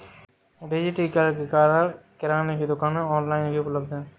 डिजिटलीकरण के कारण किराने की दुकानें ऑनलाइन भी उपलब्ध है